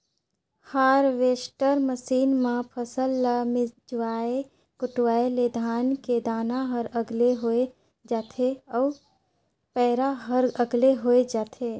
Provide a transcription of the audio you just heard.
harvester machine म फसल ल मिंजवाय कटवाय ले धान के दाना हर अलगे होय जाथे अउ पैरा हर अलगे होय जाथे